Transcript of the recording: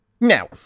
Now